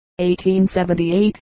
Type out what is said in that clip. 1878